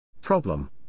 Problem